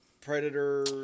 Predator